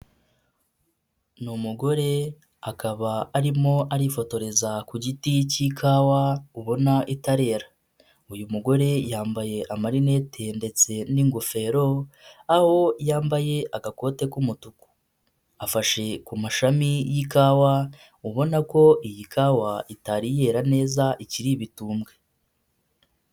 Ni umugore akaba arimo arifotoreza ku giti cy'ikawa ubona itarera, uyu mugore yambaye amarinete ndetse n'ingofero aho yambaye agakote k'umutuku, afashe ku mashami y'ikawa ubona ko iyi kawa itari yera neza ikiri ibitumbwe.